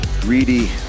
greedy